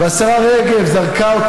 סליחה,